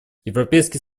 европейский